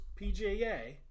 PGA